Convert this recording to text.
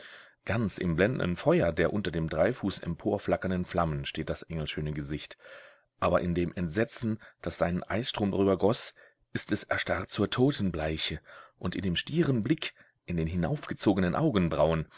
ganz im blendenden feuer der unter dem dreifuß emporflackernden flammen steht das engelschöne gesicht aber in dem entsetzen das seinen eisstrom darüber goß ist es erstarrt zur totenbleiche und in dem stieren blick in den hinaufgezogenen augenbrauen